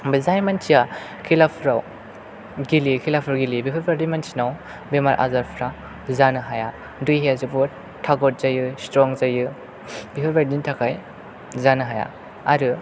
बे जाय मानसिया खेलाफ्राव गेलेयो खेलाफोर गेलेयो बेफोरबायदि मानसिनाव बेमार आजारफ्रा जानो हाया देहाया जोबोद थागद जायो स्ट्रं जायो बेफोरबायदिनि थाखाय जानो हाया आरो